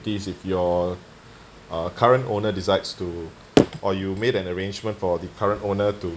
if your uh current owner decides to or you made an arrangement for the current owner to